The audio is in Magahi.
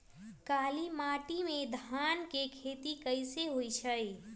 काली माटी में धान के खेती कईसे होइ छइ?